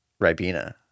ribena